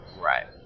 Right